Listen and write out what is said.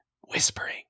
whispering